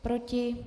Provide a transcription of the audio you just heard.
Proti?